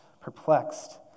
Perplexed